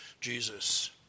Jesus